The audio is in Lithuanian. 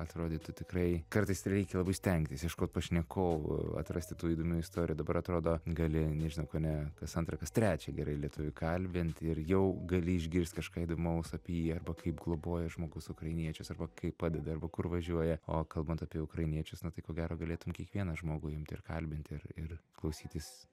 atrodytų tikrai kartais reikia labai stengtis ieškot pašnekovų atrasti tų įdomių istorijų dabar atrodo gali nežinau kone kas antrą kas trečią gerai lietuvį kalbint ir jau gali išgirst kažką įdomaus apie jį arba kaip globoja žmogus ukrainiečius arba kaip padeda arba kur važiuoja o kalbant apie ukrainiečius na tai ko gero galėtum kiekvieną žmogų imti ir kalbinti ir ir klausytis